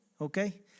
okay